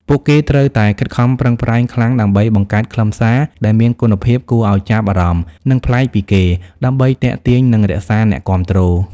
ពួកគេត្រូវតែខិតខំប្រឹងប្រែងខ្លាំងដើម្បីបង្កើតខ្លឹមសារដែលមានគុណភាព គួរឲ្យចាប់អារម្មណ៍ និងប្លែកពីគេ ដើម្បីទាក់ទាញនិងរក្សាអ្នកគាំទ្រ។